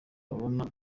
babona